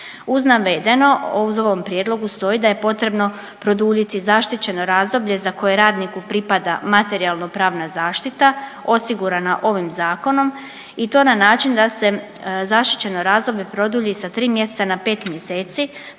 Uz navedeno u ovom prijedlogu stoji da je potrebno produljiti zaštićeno razdoblje za koje radniku pripada materijalno pravna zaštita osigurana ovim zakonom i to na način da se zaštićeno razdoblje produlji sa 3 mjeseca na 5 mjeseci